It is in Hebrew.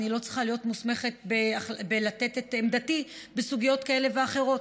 אני לא צריכה להיות מוסמכת לתת את עמדתי בסוגיות כאלה ואחרות.